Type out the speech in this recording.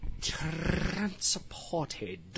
transported